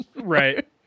Right